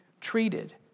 treated